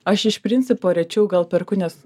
aš iš principo rečiau gal perku nes